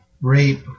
rape